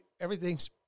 everything's